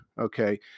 Okay